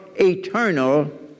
eternal